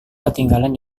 ketinggalan